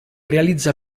realizza